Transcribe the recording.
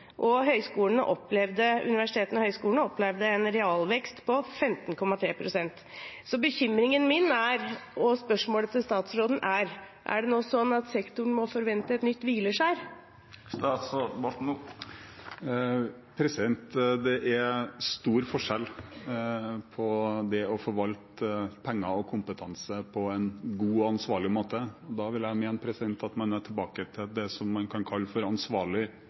universitetene og høyskolene opplevde en realvekst på 15,3 pst. Min bekymring og spørsmålet til statsråden er: Er det nå sånn at sektoren må forvente et nytt hvileskjær? Det er stor forskjell på det å forvalte penger og kompetanse på en god og ansvarlig måte. Da vil jeg mene at man er tilbake til det som man kan kalle for ansvarlig